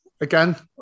again